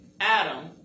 Adam